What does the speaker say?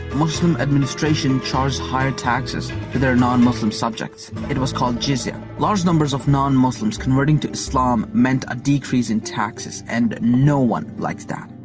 muslim administration charged higher taxes to their non-muslim subjects. it was called jizya. large numbers of non-muslims converting to islam meant a decrease in taxes and no one like that.